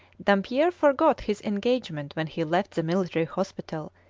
dampier forgot his engagement when he left the military hospital,